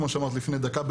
כמו שאמרת לפני דקה,